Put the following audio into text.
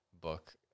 book